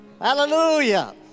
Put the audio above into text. hallelujah